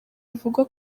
bivugwa